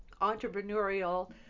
entrepreneurial